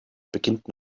beginnt